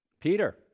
Peter